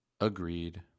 Agreed